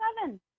seven